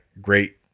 great